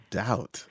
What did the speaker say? doubt